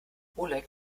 oleg